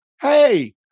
Hey